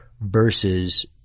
versus